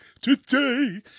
today